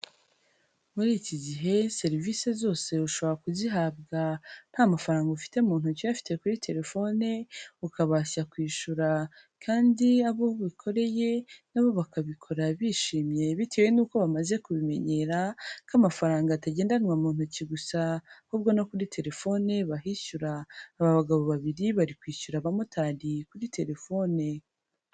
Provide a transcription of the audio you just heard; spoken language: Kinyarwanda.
Muri iki gihe, serivisi zose ushobora kuzihabwa, nta mafaranga ufite mu ntoki, uyafite kuri telefone, ukabasha kwishyura, kandi abo ubikoreye, nabo bakabikora bishimye, bitewe nuko bamaze kubimenyera, ko amafaranga atagendanwa mu ntoki gusa, ahubwo no kuri telefone bahishyura, aba bagabo babiri bari kwishyura aba motari, kuri telefone.